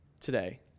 today